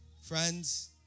friends